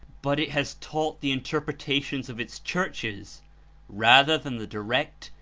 but it has taught the interpretations of its churches rather than the direct,